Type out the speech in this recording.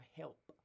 help